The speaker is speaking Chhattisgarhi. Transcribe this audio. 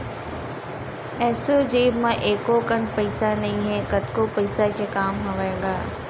एसो जेब म एको कन पइसा नइ हे, कतको पइसा के काम हवय गा